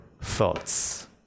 thoughts